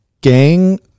Gang